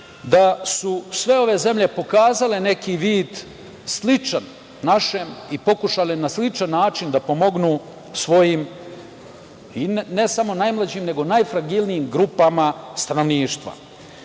da su sve ove zemlje pokazale neki vid sličan našem i pokušale na sličan način da pomognu svojim ne samo najmlađim, nego najfragilnijim grupama stanovništva. Taj